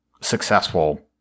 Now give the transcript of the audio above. successful